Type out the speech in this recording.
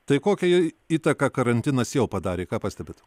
tai kokią įtaką karantinas jau padarė ką pastebit